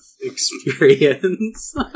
experience